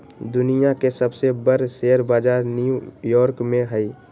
दुनिया के सबसे बर शेयर बजार न्यू यॉर्क में हई